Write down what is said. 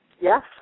Yes